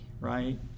right